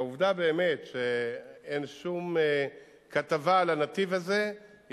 והעובדה שאין שום כתבה על הנתיב הזה היא